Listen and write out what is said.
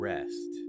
Rest